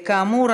כאמור,